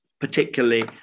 particularly